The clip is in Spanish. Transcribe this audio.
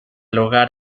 lugar